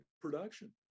production